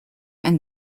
and